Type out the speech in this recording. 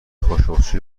خاشقچی